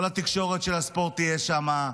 כל תקשורת הספורט תהיה שם,